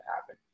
happen